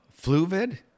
fluvid